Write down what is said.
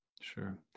Sure